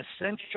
essential